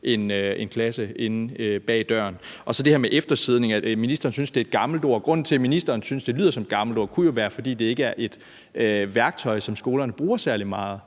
en klasse inde bag døren. Så til det her med, at ministeren synes, eftersidning er et gammelt ord, vil jeg sige, at grunden til, at ministeren synes, det lyder som et gammelt ord, jo kunne være, at det ikke er et værktøj, som skolerne bruger særlig meget.